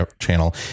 channel